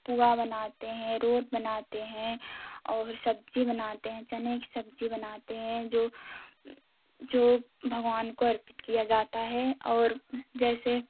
पुआ बनाते हैं रोड बनाते हैं और सब्ज़ी बनाते हैं चने की सब्ज़ी बनाते हैं जो जो जो भगवान को अर्पित किया जाता है और जैसे